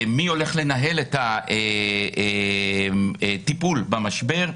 מי הולך לנהל את הטיפול במשבר,